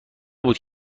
بود